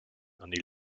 and